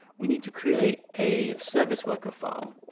we need to create a service worker file.